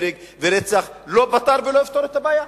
הרג ורצח לא פתרו ולא יפתרו את הבעיה.